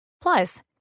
Plus